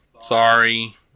sorry